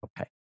Okay